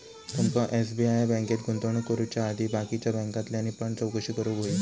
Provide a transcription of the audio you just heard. तुमका एस.बी.आय बँकेत गुंतवणूक करुच्या आधी बाकीच्या बॅन्कांतल्यानी पण चौकशी करूक व्हयी